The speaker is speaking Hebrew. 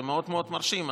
זה מאוד מאוד מרשים.